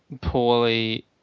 poorly